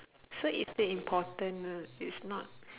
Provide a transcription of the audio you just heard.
so it's still important lah it's not